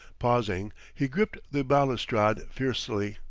pausing, he gripped the balustrade fiercely,